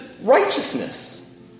righteousness